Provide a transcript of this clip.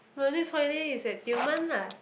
my next holiday is at Tioman lah